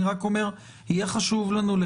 אני רק אומר שחשוב לנו,